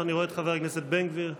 אני רואה את חבר הכנסת בן גביר.